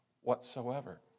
whatsoever